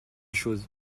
chose